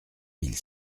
mille